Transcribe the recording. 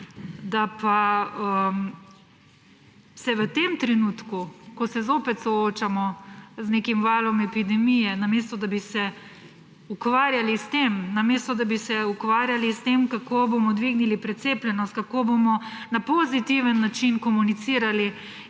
Da pa se v tem trenutku, ko se zopet soočamo z nekim valom epidemije, namesto da bi se ukvarjali s tem, namesto da bi se ukvarjali s tem, kako bomo dvignili precepljenost, kako bomo na pozitiven način komunicirali